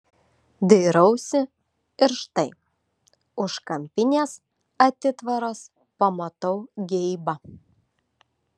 dairausi ir štai už kampinės atitvaros pamatau geibą